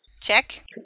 Check